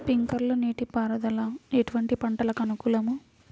Sprinkler నీటిపారుదల ఎటువంటి పంటలకు అనుకూలము?